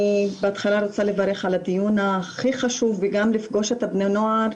אני בהתחלה רוצה לברך על הדיון הכי חשוב וגם לפגוש את בני הנוער,